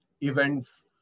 events